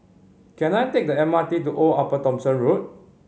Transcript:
can I take the M R T to Old Upper Thomson Road